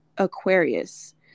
Aquarius